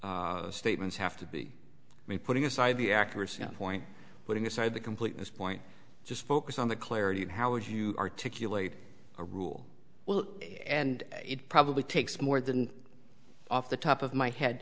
these statements have to be me putting aside the accuracy of point putting aside the completeness point just focus on the clarity of how would you articulate a rule well and it probably takes more than off the top of my head